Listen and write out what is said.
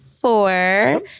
four